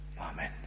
Amen